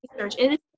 research